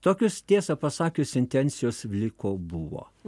tokios tiesą pasakius intencijos vliko buvo